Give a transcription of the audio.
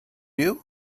you